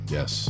Yes